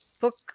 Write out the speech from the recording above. book